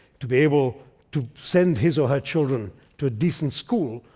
to be able to send his or her children to a decent school,